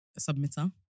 submitter